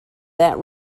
that